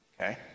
okay